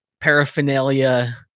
paraphernalia